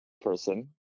person